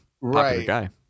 Right